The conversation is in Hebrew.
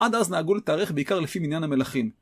עד אז נהגו לתארך בעיקר לפי מניין המלכים.